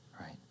right